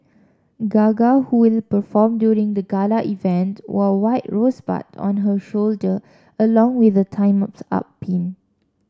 Gaga who will perform during the gala event wore white rosebuds on her shoulder along with a Time's Up pin